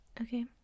okay